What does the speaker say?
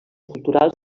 culturals